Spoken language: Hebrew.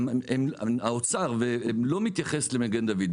האוצר לא מתייחס למגן דוד,